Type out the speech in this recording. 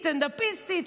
היא סטנדאפיסטית,